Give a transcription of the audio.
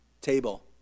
table